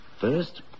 First